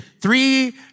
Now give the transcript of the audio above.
three